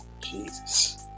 Jesus